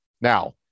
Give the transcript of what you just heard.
Now